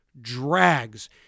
drags